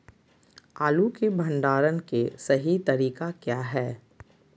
आलू के भंडारण के सही तरीका क्या है?